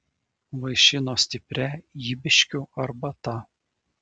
vaišino stipria ybiškių arbata